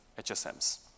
HSMs